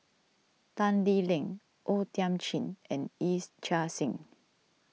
Tan Lee Leng O Thiam Chin and Yee's Chia Hsing